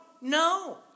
No